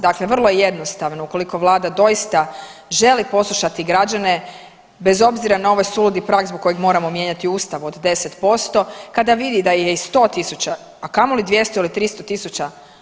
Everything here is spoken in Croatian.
Dakle, vrlo je jednostavno, ukoliko Vlada doista želi poslušati građane, bez obzira na ovaj suludi prag zbog kojeg moramo mijenjati Ustav od 10% kada vidi da je i 100 tisuća, a kamoli 200 ili 300 tisuća.